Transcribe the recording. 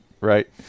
right